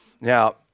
Now